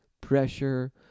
pressure